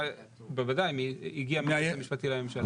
היא הגיעה מהיועץ המשפטי לממשלה.